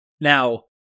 Now